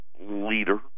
leader